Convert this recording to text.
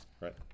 right